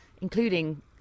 including